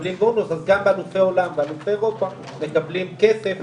אלופי עולם ואלופי אירופה מקבלים כסף.